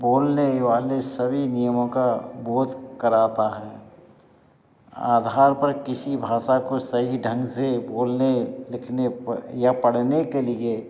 बोलने वाले सभी नियमों का बोध कराता है आधार पर किसी भाषा को सही ढंग से बोलने लिखने प या पढ़ने के लिए